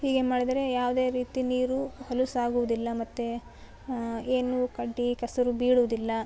ಹೀಗೆ ಮಾಡಿದರೆ ಯಾವುದೆ ರೀತಿ ನೀರು ಹೊಲುಸಾಗುದಿಲ್ಲ ಮತ್ತೆ ಏನು ಕಡ್ಡಿ ಕೆಸ್ರು ಬೀಳೋದಿಲ್ಲ